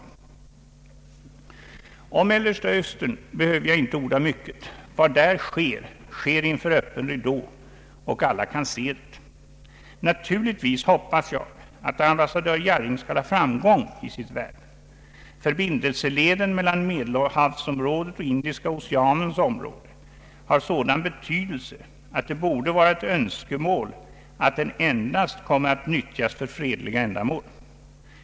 Om Mellersta Östern behöver jag inte orda mycket. Vad där sker, sker inför öppen ridå, och alla kan se det. Naturturligtvis hoppas jag att ambassadör Jarring skall ha framgång i sitt värv. Förbindelseleden mellan Medelhavsområdet och Indiska oceanens område har sådan betydelse att det borde vara ett önskemål att den endast kommer att nyttjas för fredliga ändamål.